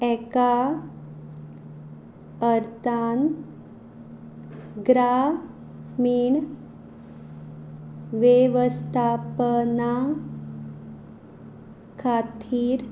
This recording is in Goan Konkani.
एका अर्थान ग्रामीण वेवस्थापना खातीर